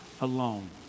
alone